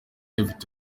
ifite